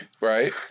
Right